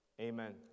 Amen